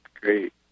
Great